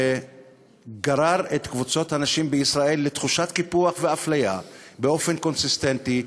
שגרר את קבוצות הנשים בישראל לתחושת קיפוח ואפליה באופן קונסיסטנטי.